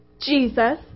Jesus